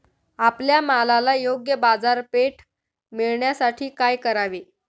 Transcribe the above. आपल्या मालाला योग्य बाजारपेठ मिळण्यासाठी काय करावे?